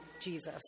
Jesus